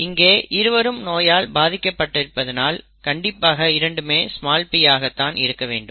இங்கே இருவரும் நோயால் பாதிக்கப்பட்டிருப்பதினால் கண்டிப்பாக இரண்டுமே p ஆக தான் இருக்க வேண்டும்